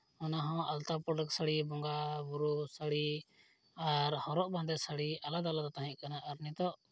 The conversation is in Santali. ᱚᱱᱟᱦᱚᱸ ᱟᱞᱛᱟ ᱯᱟᱹᱲᱞᱟᱹᱠ ᱥᱟᱹᱲᱤ ᱵᱚᱸᱜᱟᱼᱵᱩᱨᱩ ᱥᱟᱹᱲᱤ ᱟᱨ ᱦᱚᱨᱚᱜ ᱵᱟᱸᱫᱮ ᱥᱟᱹᱲᱤ ᱟᱞᱟᱫᱟ ᱟᱞᱟᱫᱟ ᱛᱟᱦᱮᱸ ᱠᱟᱱᱟ ᱟᱨ ᱱᱤᱛᱳᱜ